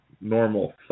normal